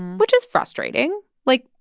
which is frustrating. like,